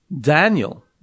Daniel